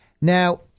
Now